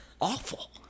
awful